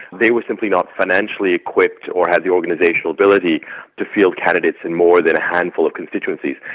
they were simply not financially equipped or had the organisational ability to field candidates in more than a handful of constituencies.